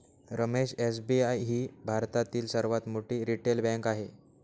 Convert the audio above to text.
Ramesh SBI ही भारतातील सर्वात मोठी रिटेल बँक आहे